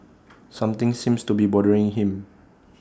something seems to be bothering him